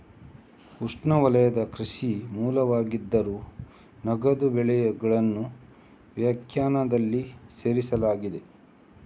ಉಷ್ಣವಲಯದ ಕೃಷಿಯ ಮೂಲವಾಗಿದ್ದರೂ, ನಗದು ಬೆಳೆಗಳನ್ನು ವ್ಯಾಖ್ಯಾನದಲ್ಲಿ ಸೇರಿಸಲಾಗಿದೆ